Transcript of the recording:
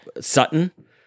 Sutton